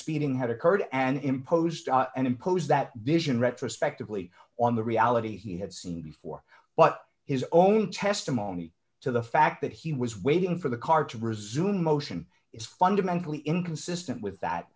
speeding had occurred and imposed and imposed that vision retrospectively on the reality he had seen before but his own testimony to the fact that he was waiting for the car to resume motion is fundamentally inconsistent with that